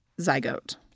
zygote